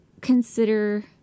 consider